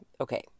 okay